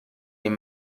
این